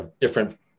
different